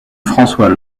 françois